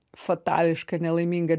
fatališka nelaiminga